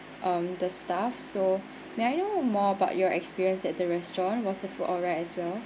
um the staff so may I know more about your experience at the restaurant was the food alright as well